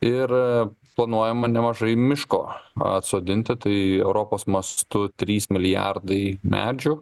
ir planuojama nemažai miško atsodinti tai europos mastu trys milijardai medžių